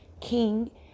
King